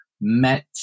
met